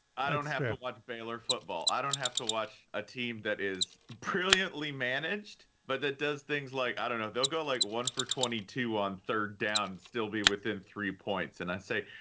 i don't have to watch baylor football i don't have to watch a team that is brilliantly managed. but that does things like, i don't know, they'll go like one for twenty two, one third down and still be within three points. and i say,